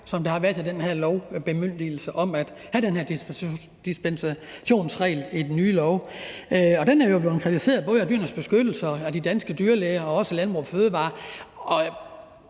der har været til den her lovbemyndigelse, til den her dispensationsregel i den nye lov. Den er jo blevet kritiseret af både Dyrenes Beskyttelse, de danske dyrlæger og også Landbrug & Fødevarer.